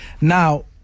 now